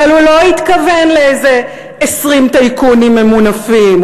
אבל הוא לא התכוון לאיזה 20 טייקונים ממונפים,